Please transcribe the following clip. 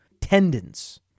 tendons